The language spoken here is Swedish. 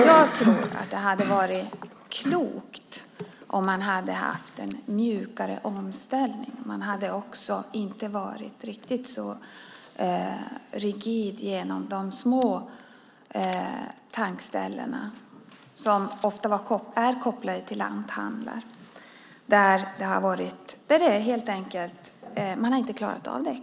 Jag tror att det hade varit klokt med en mjukare omställning och att man inte hade varit så rigid när det gäller det lilla tankstället som ofta är kopplat till en lanthandel. Ekonomiskt har man helt enkelt inte klarat av detta.